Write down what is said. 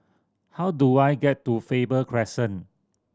how do I get to Faber Crescent